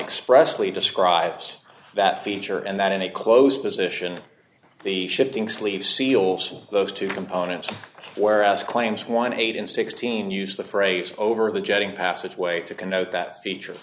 express lead describes that feature and that in a closed position the shifting sleeve seals those two components whereas claims eighteen and sixteen use the phrase over the jetting passage way to connote that feature